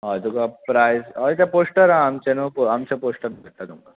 हय तुका प्रायज हय तें पोस्टर आहा आमचें न्हू आमचें पोस्टर धाडटा तुमकां